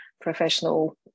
professional